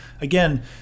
again